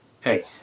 Hey